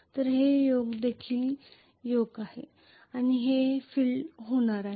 तर हे योक हे देखील योक आहे आणि हे फिल्ड होणार आहे